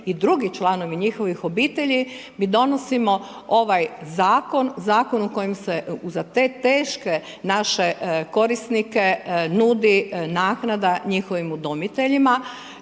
i drugi članovi njihovih obitelji mi donosimo ovaj zakon, zakon u kojem se za te teške naše korisnike nudi naknada njihovim udomiteljima